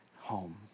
home